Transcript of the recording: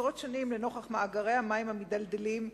עשרות שנים לנוכח מאגרי המים המידלדלים,